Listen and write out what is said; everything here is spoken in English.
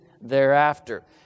thereafter